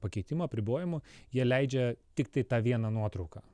pakeitimų apribojimų jie leidžia tiktai tą vieną nuotrauką